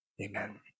Amen